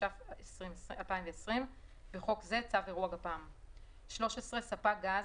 התש"ף-2020 (בחוק זה צו אירוע גפ"מ); ספק גז,